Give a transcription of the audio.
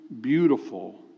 beautiful